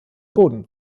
boden